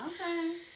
Okay